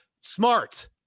smart